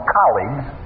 colleagues